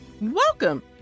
Welcome